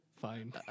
fine